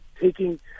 taking